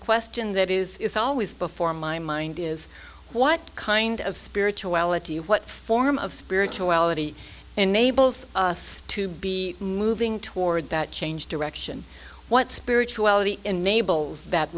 question that is always before my mind is what kind of spirituality what form of spirituality enables us to be moving toward that change direction what spirituality enables that